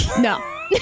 No